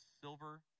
silver